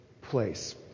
place